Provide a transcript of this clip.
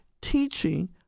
teaching